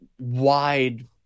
wide